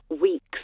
weeks